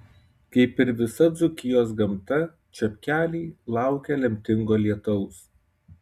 kaip ir visa dzūkijos gamta čepkeliai laukia lemtingo lietaus